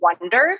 wonders